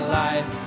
life